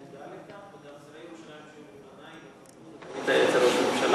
וגם שרי ירושלים שהיו לפני לא קיבלו את זה מראש הממשלה,